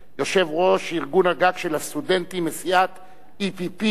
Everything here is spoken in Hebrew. יושב-ראש ארגון הגג של הסטודנטים מסיעת EPP,